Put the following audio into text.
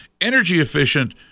energy-efficient